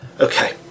okay